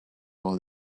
all